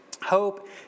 Hope